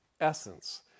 essence